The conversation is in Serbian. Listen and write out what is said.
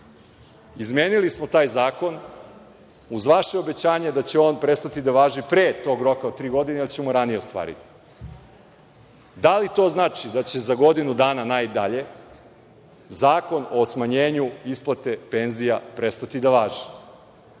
Izmenili smo taj zakon uz vaše obećanje da će on prestati da važi pre tog roka od tri godine, jer ćemo ranije ostvariti. Da li to znači da će za godinu dana najdalje Zakon o smanjenju isplate penzija prestati da važi?